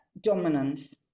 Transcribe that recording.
dominance